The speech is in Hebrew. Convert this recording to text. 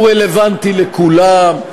הוא רלוונטי לכולם,